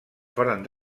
foren